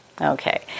Okay